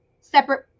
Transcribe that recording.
separate